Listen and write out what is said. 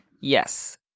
Yes